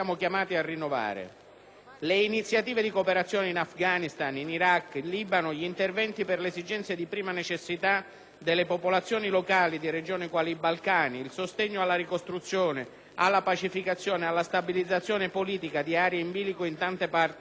le iniziative di cooperazione in Afghanistan, in Iraq, in Libano, gli interventi per le esigenze di prima necessità delle popolazioni locali di regioni quali i Balcani, il sostegno alla ricostruzione, alla pacificazione, alla stabilizzazione politica di aree in bilico tante parti del mondo.